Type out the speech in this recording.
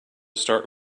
start